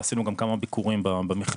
ועשינו גם כמה ביקורים במכללה